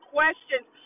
questions